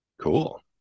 Cool